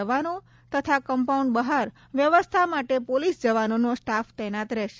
જવાનો તથા કમ્પાઉન્ડ બહાર વ્યવસ્થા માટે પોલીસ જવાનોનો સ્ટાફ તૈનાત રહેશે